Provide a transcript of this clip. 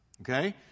Okay